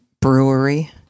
brewery